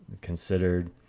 considered